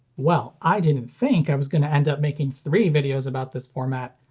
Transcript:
well. i didn't think i was going to end up making three videos about this format,